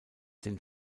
den